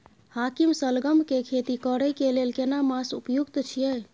हाकीम सलगम के खेती करय के लेल केना मास उपयुक्त छियै?